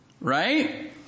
right